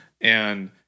And-